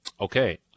Okay